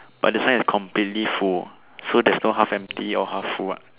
but this one is completely full so there's no half empty or half full what